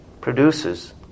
produces